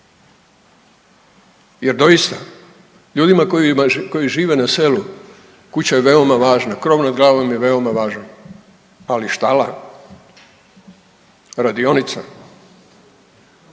jer doista, ljudima koji žive na selu, kuća je veoma važna, krov nad glavom je veoma važan, ali štala, radionica, spremište